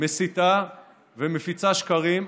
מסיתה ומפיצה שקרים.